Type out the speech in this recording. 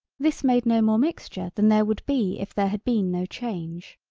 this made no more mixture than there would be if there had been no change.